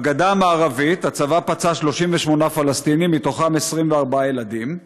בגדה המערבית הצבא פצע 38 פלסטינים, מהם 24 ילדים,